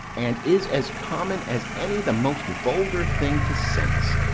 and is as common as any the most vulgar thing to sense,